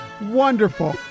wonderful